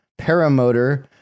paramotor